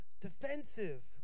defensive